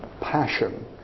passion